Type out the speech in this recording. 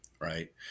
right